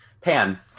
pan